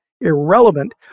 irrelevant